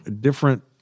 different